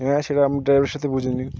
হ্যাঁ সেটা আপনি ড্রাইভারের সাথে বুঝে নি